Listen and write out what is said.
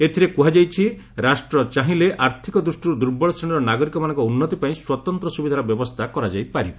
ଏଥିରେ କୁହାଯାଇଛି ରାଷ୍ଟ୍ର ଚାହିଁଲେ ଆର୍ଥିକ ଦୃଷ୍ଟିରୁ ଦୁର୍ବଳ ଶ୍ରେଣୀର ନାଗରିକମାନଙ୍କ ଉନ୍ନତିପାଇଁ ସ୍ୱତନ୍ତ ସୁବିଧାର ବ୍ୟବସ୍ଥା କରାଯାଇପାରିବ